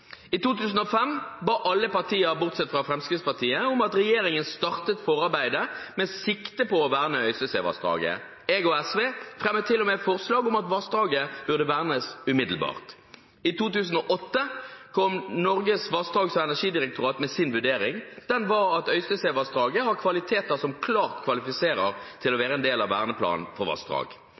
I 2005 ba alle partier, bortsett fra Fremskrittspartiet, om at regjeringen startet forarbeidet med sikte på å verne Øystesevassdraget. Jeg og SV fremmet til og med forslag om at vassdraget burde vernes umiddelbart. I 2008 kom Norges vassdrags- og energidirektorat med sin vurdering. Den var at Øystesevassdraget har kvaliteter som klart kvalifiserer til å være en del av verneplanen for vassdrag.